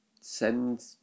send